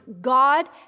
God